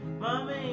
Mommy